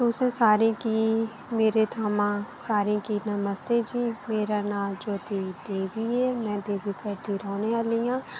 तुसें सारें गी मेरे थमां सारें गी नमस्ते जी मेरा नांऽ जोती देवी ऐ में देवी पुर दी रौंह्नें आह्ली आं